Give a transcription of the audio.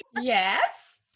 Yes